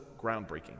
groundbreaking